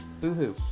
Boo-hoo